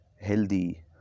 healthy